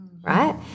Right